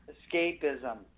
Escapism